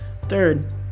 Third